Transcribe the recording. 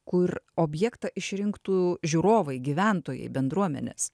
kur objektą išrinktų žiūrovai gyventojai bendruomenės